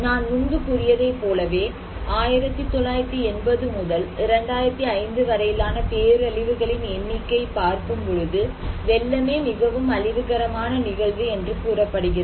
நான் முன்பு கூறியதைப் போலவே 1980 முதல் 2005 வரையிலான பேரழிவுகளின் எண்ணிக்கை பார்க்கும் பொழுது வெள்ளமே மிகவும் அழிவுகரமான நிகழ்வு என்று கூறப்படுகிறது